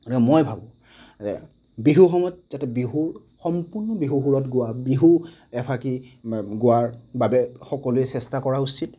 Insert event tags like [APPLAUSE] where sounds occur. [UNINTELLIGIBLE] মই ভাবোঁ যে বিহুৰ সময়ত যাতে বিহু সম্পূৰ্ণ বিহু সুৰত গোৱা বিহু এফাকি গোৱাৰ বাবে সকলোৱে চেষ্টা কৰা উচিত